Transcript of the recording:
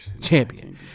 champion